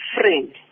friend